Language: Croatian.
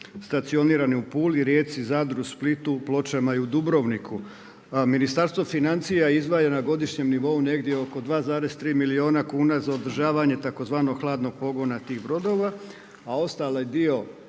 stacionirani u Puli, Rijeci, Zadru, Splitu, Pločama i u Dubrovniku, a Ministarstvo financija izdvaja na godišnjem nivou negdje oko 2,3 milijuna kuna za održavanje tzv. hladnog pogona tih brodova, a ostali dio